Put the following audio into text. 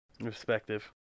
Respective